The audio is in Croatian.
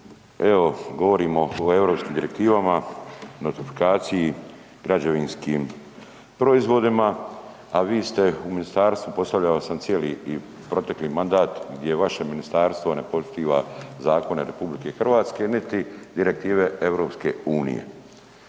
Evo govorimo o europskim direktivama, notifikaciji građevinskim proizvodima, a vi ste u ministarstvu postavljao sam cijeli protekli mandat gdje vaše ministarstvo ne poštiva zakone RH niti direktive EU. A vi